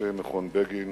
ראשי מכון בגין